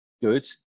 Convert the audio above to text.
Good